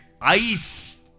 ice